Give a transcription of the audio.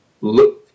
look